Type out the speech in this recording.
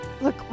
Look